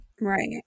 Right